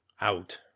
out